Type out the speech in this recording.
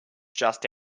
just